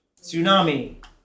tsunami